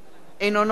אינו נוכח